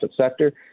sector